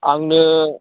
आंनो